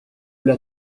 l’a